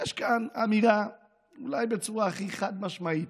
ויש כאן אמירה, אולי בצורה הכי חד-משמעית,